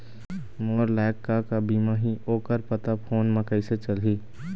मोर लायक का का बीमा ही ओ कर पता फ़ोन म कइसे चलही?